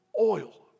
Oil